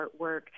artwork